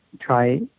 try